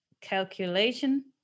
calculation